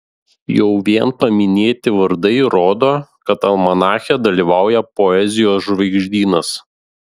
jau vien paminėti vardai rodo kad almanache dalyvauja poezijos žvaigždynas